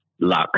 luck